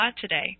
today